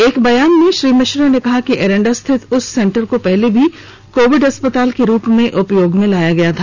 एक बयान में श्री मिश्र ने कहा कि एरेंडा स्थित उस सेंटर को पहले भी कोविड अस्पताल के रूप में उपयोग में लाया गया था